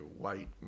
white